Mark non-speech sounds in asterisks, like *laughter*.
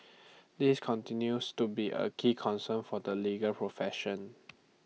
*noise* this continues to be A key concern for the legal profession